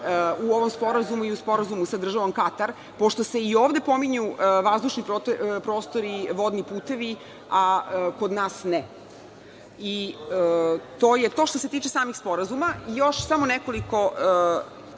u ovom sporazumu sa državom Katar, pošto se i ovde pominju vazdušni prostori, vodni putevi, a kod nas ne. To je to što se tiče samih sporazuma. Još samo jedna